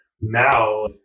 now